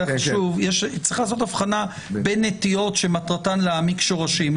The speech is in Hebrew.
החשוב צריך לעשות הבחנה בין נטיעות שמטרתן להעמיק שורשים,